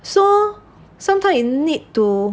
so sometimes you need to